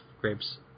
grapes